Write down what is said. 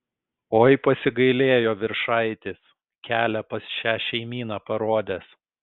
oi pasigailėjo viršaitis kelią pas šią šeimyną parodęs